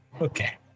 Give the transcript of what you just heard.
Okay